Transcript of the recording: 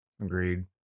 Agreed